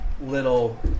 little